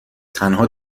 تنها